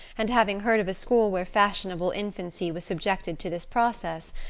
and having heard of a school where fashionable infancy was subjected to this process,